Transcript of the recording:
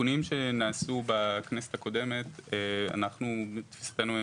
התיקונים שנעשו בכנסת הקודמת, לתפיסתנו,